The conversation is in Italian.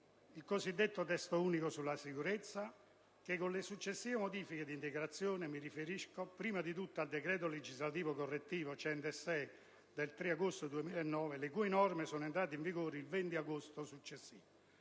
il cosiddetto Testo unico sulla sicurezza - che, con le successive modifiche ed integrazioni - mi riferisco, prima di tutto, al decreto legislativo correttivo n. 106 del 3 agosto 2009, le cui norme sono entrate in vigore il 20 agosto successivo